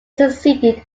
succeeded